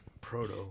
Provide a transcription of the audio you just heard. Proto